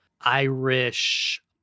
Irish